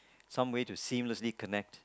some way to seamlessly connect